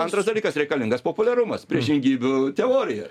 antras dalykas reikalingas populiarumas priešingybių teorija